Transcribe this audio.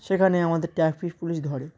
সেখানে আমাদের traffic police ধরে